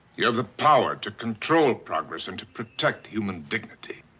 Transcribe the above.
you have the power to control progress and to protect human dignity.